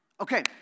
Okay